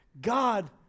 God